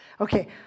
Okay